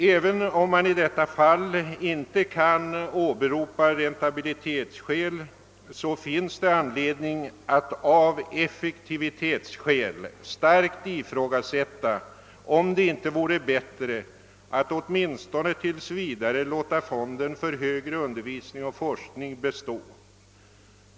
Även om man i detta fall inte kan åberopa = räntabilitetssynpunkter = finns det anledning att av effektivitetsskäl starkt ifrågasätta, om det inte vore bättre att åtminstone tills vidare låta fonden för anskaffning av datamaskiner för högre undervisning och forskning bestå.